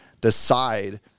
decide